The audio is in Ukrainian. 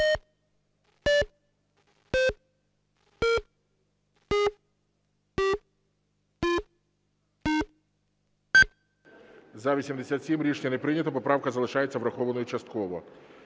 За-87 Рішення не прийнято. Поправка залишається врахованою частково.